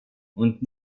und